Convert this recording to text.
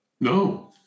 No